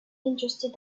interested